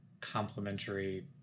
complementary